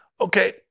Okay